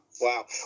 wow